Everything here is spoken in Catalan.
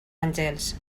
àngels